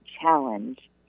challenge